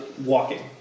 walking